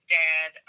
dad